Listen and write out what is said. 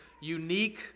unique